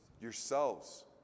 yourselves